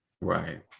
Right